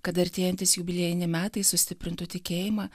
kad artėjantys jubiliejiniai metai sustiprintų tikėjimą